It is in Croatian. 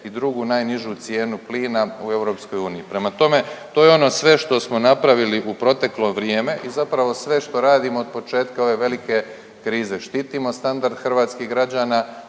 i drugu najnižu cijenu plina u EU. Prema tome, to je ono sve što smo napravili u proteklo vrijeme i zapravo sve što radimo od početka ove velike krize, štitimo standard hrvatskih građana